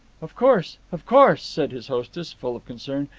of course, of course, said his hostess, full of concern.